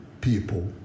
people